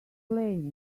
blame